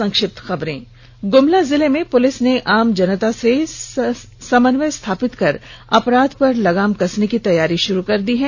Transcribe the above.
संक्षिप्त खबरें ग्रमला जिले में पुलिस ने आम जनता से समन्वय स्थापित कर अपराध पर लगाम कसने की र्तैयारी शुरू कर दी है